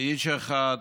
כאיש אחד,